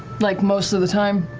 like, most of the time.